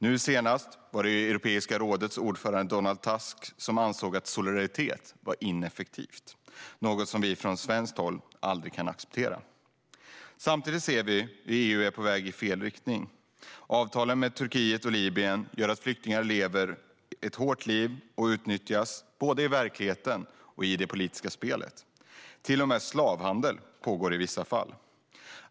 Nu senast var det Europeiska rådets ordförande Donald Tusk som ansåg att solidariteten är "ineffektiv", något som vi från svenskt håll aldrig kan acceptera. Samtidigt ser vi hur EU är på väg i fel riktning. Avtalen med Turkiet och Libyen gör att flyktingar lever ett hårt liv och utnyttjas både i verkligheten och i det politiska spelet. Till och med slavhandel pågår i vissa fall.